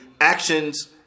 actions